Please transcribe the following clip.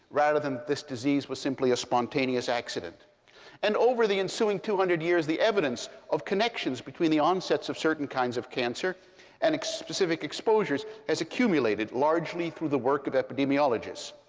rather than this disease was simply a spontaneous accident and over the ensuing two hundred years, the evidence of connections between the onsets of certain kinds of cancer and specific exposures has accumulated, largely through the work of epidemiologists.